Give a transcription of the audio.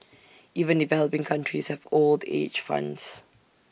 even developing countries have old age funds